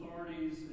authorities